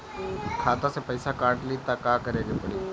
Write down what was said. खाता से पैसा काट ली त का करे के पड़ी?